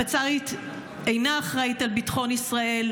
הפצ"רית אינה אחראית לביטחון ישראל.